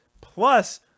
plus